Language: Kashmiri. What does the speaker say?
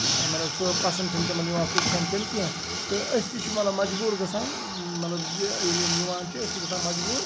مطلب سُہ پَسند چھُنہٕ تِمن یِوان سُہ کھٮ۪ن چین کیٚنٛہہ تہٕ أسۍ تہِ چھِ مطلب مجبوٗر گژھان مطلب زِ ییٚلہِ یِم یِوان چھِ أسۍ چھِ گژھان مَجبوٗر